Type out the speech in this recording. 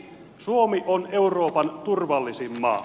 suomi on euroopan turvallisin maa